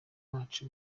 bacu